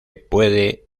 puede